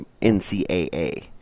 ncaa